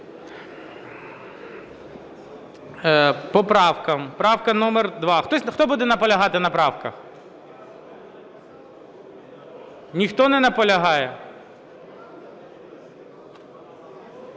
Правка номер 2. Хто буде наполягати на правках? Ніхто не наполягає?